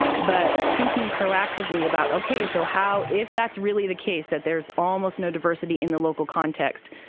but thinking proactively about ok. so how if that's really the case that there's almost no diversity in the local context,